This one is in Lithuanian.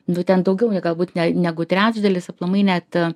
būtent daugiau ne galbūt ne negu trečdalis aplamai net